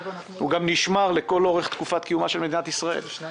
חבר'ה, קיבלנו הוראה להוציא שניים.